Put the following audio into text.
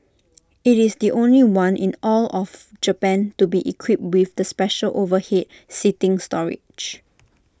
IT is the only one in all of Japan to be equipped with the special overhead seating storage